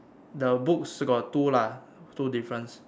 the book st~ got two lah two difference